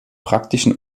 praktischen